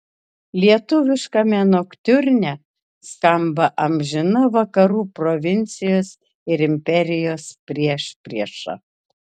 lietuviškame noktiurne skamba amžina vakarų provincijos ir imperijos priešprieša